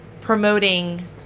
promoting